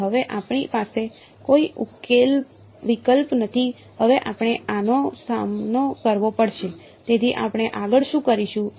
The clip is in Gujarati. તેથી હવે આપણી પાસે કોઈ વિકલ્પ નથી હવે આપણે આનો સામનો કરવો પડશે તેથી આપણે આગળ શું કરીશું